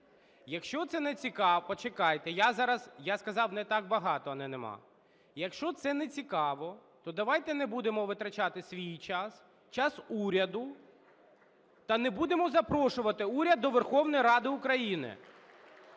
Якщо це нецікаво, то давайте не будемо витрачати свій час, час уряду та не будемо запрошувати уряд до Верховної Ради України.